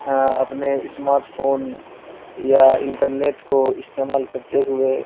اپنے smart phone یا internet کو استعمال کرتے ہوئے